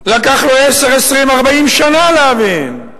לקח לו עשר, 20, 40 שנה להבין.